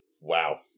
Wow